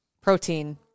protein